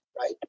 right